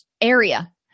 area